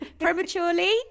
prematurely